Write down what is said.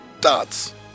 dots